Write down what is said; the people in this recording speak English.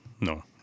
No